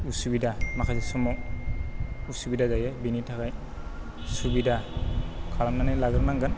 उसुबिदा माखासे समाव उसुबिदा जायो बेनि थाखाय सुबिदा खालामनानै लाग्रो नांगोन